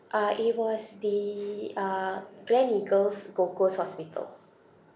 uh it was the uh gleneagles gold coast hospital